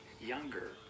younger